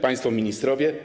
Państwo Ministrowie!